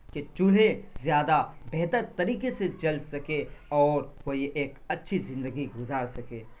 کے چولہے زیادہ بہتر طریقے سے جل سکے اور وہ یہ ایک اچھی زندگی گزار سکے